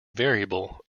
variable